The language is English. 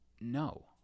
no